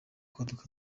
kwaduka